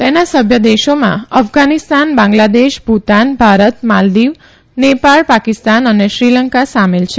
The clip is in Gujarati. તેના સભ્ય દેશોમાં અફઘાનીસ્તાન બાંગ્લાદેશ ભુતાન ભારત માલ્દીવ નેપાળ પાકિસ્તાન અને શ્રીલંકા સામેલ છે